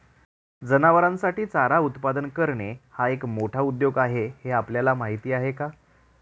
जनावरांसाठी चारा उत्पादन करणे हा एक मोठा उद्योग आहे हे आपल्याला माहीत आहे का?